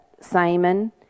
Simon